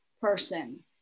person